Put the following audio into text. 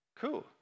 Cool